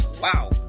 wow